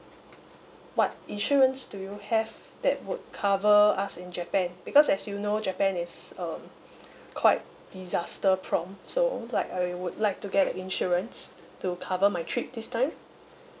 what insurance do you have that would cover us in japan because as you know japan is um quite disaster prompt so like I would like to get a insurance to cover my trip this time